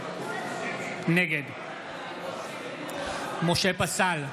נגד משה פסל,